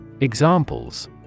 Examples